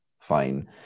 Fine